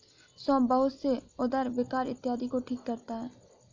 सौंफ बहुत से उदर विकार इत्यादि को ठीक करता है